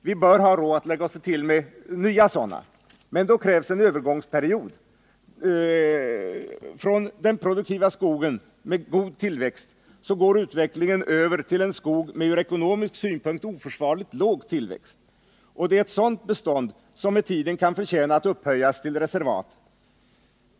Vi bör ha råd att lägga oss till med nya sådana, men då krävs en övergångsperiod; från den produktiva skogen med god tillväxt går utvecklingen över till en skog med från ekonomisk synpunkt oförsvarligt låg tillväxt. Det är ett sådant bestånd som med tiden kan förtjäna att upphöjas till reservat.